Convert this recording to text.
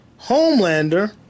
Homelander